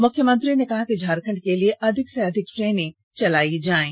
मुख्यमंत्री ने कहा है कि झारखण्ड के लिए अधिक से अधिक ट्रेन चलायी जायें